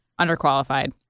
underqualified